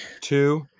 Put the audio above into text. two